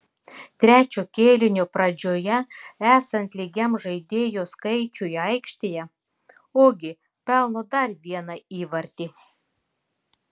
trečio kėlinio pradžioje esant lygiam žaidėjų skaičiui aikštėje ogi pelno dar vieną įvartį